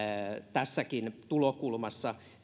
tässäkin tulokulmassa